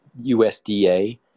USDA